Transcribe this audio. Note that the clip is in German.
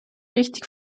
richtig